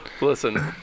listen